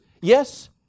Yes